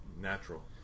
natural